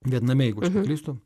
vietname jeigu aš klystu